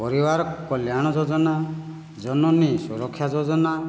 ପରିବାର କଲ୍ୟାଣ ଯୋଜନା ଜନନୀ ସୁରକ୍ଷା ଯୋଜନା